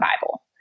Bible